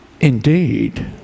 indeed